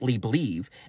believe